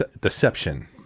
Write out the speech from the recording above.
deception